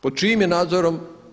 Pod čijim je nadzorom?